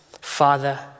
Father